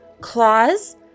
Claws